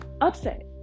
upset